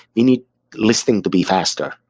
we need listing to be faster,